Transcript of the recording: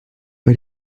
but